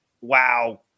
Wow